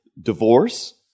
divorce